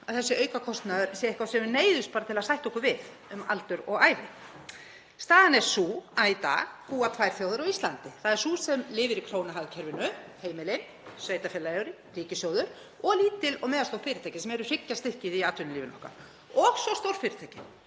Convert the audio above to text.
í krónuhagkerfinu, sé eitthvað sem við neyðumst bara til að sætta okkur við um aldur og ævi. Staðan er sú að í dag búa tvær þjóðir á Íslandi. Það er sú sem lifir í krónuhagkerfinu; heimilin, sveitarfélögin, ríkissjóður og lítil og meðalstór fyrirtæki, sem eru hryggjarstykkið í atvinnulífinu okkar, og svo stórfyrirtækin